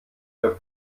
der